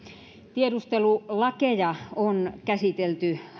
tiedustelulakeja on käsitelty